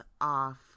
off